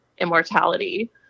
immortality